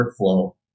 workflow